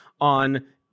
on